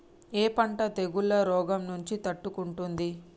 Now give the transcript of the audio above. ఏ పంట తెగుళ్ల రోగం నుంచి తట్టుకుంటుంది?